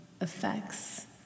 effects